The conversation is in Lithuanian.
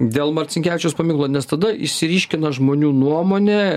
dėl marcinkevičiaus paminklo nes tada išsiryškina žmonių nuomonė